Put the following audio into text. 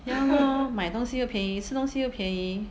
ya lor 买东西又便宜东西又便宜